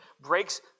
breaks